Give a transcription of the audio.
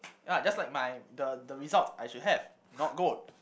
ya just like my the the results I should have not gold